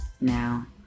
Now